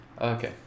Okay